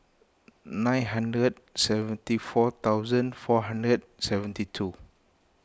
nine hundred seventy four thousand four hundred seventy two